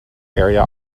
area